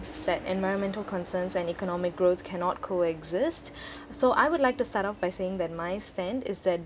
that environmental concerns and economic growth cannot co-exist so I would like to start off by saying that my stand is that